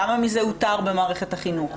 כמה מזה אותר במערכת החינוך?